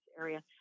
area